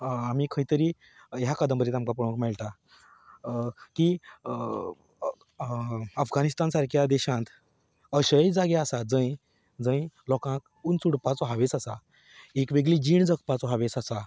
आमी खंयतरी ह्या कादंबरींत आमकां पळोवंक मेळटा की आफगानिस्तान सारक्या देशांत अशेंय जागे आसात जंय जंय लोकांक उंच उडपाचो हावेस आसा एक वेगळी जीण जगपाचो हांवेस आसा